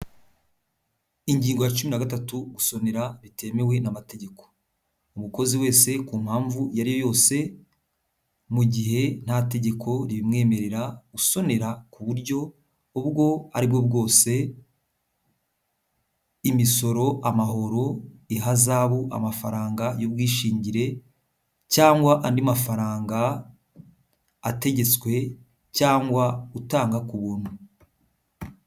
Ingingo ya cumi na gatatu: gusonera bitemewe n'amategeko, umukozi wese ku mpamvu iyo ari yo yose, mu gihe nta tegeko ribimwemerera gusonera ku buryo ubwo aribwo bwose bw'imisoro, amahoro, ihazabu, amafaranga y'ubwishingire cyangwa andi mafaranga ategetswe cyangwa utanga ku buntu.